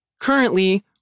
Currently